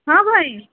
हँ बहिन